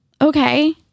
Okay